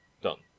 done